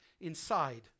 inside